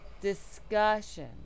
Discussion